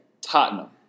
Tottenham